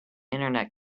internet